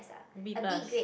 B plus